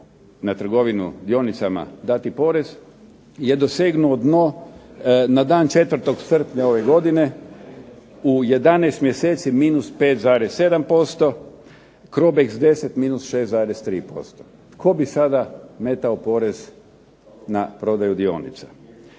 na trgovinu dionicama dati porez je dosegnuo dno na dan 4. srpnja ove godine u 11 mjeseci minus 5,7%. Crobex 10 – 6,3%. Tko bi sada metao porez na prodaju dionica.